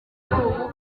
ubu